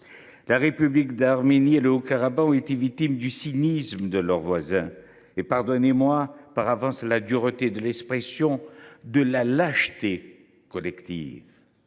La République d’Arménie et le Haut Karabagh ont été victimes du cynisme de leurs voisins et – pardonnez moi par avance de la dureté de l’expression – de la lâcheté collective.